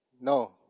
No